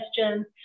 questions